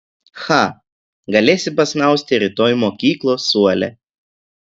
cha galėsi pasnausti rytoj mokyklos suole